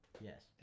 Yes